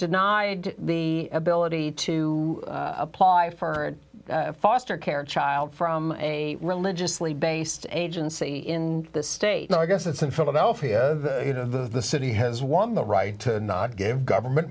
denied the ability to apply for a foster care child from a religiously based agency in the state i guess that's in philadelphia you know the city has won the right to not give government